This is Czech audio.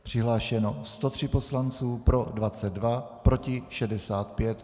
Přihlášeno 103 poslanců, pro 22, proti 65.